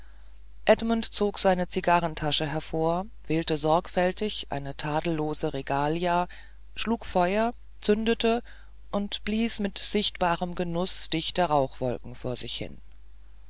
edmund zog seine zigarrentasche hervor wählte sorgfältig eine tadellose regalia schlug feuer zündete und blies mit sichtbarem genuß dichte rauchwolken vor sich hin